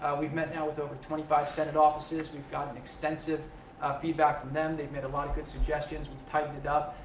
ah we've met now with over twenty five senate offices. we've gotten extensive feedback from them. they've made a lot of good suggestions. we've tightened it up.